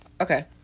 Okay